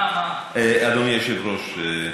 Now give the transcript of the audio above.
מה, מה, אדוני היושב-ראש,